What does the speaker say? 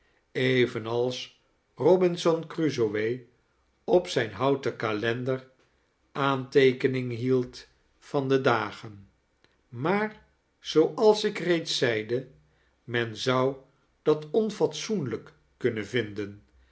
evenals robinson crusoe op zijn houten ka lender aanteekening hield van charles dickens de dagen maar zooals ik reeds zeidie men zou dat onfatsoenlijk kunnen vinden